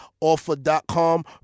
offer.com